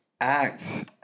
act